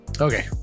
Okay